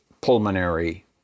pulmonary